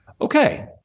okay